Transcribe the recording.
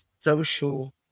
social